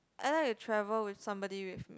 I like to travel with somebody with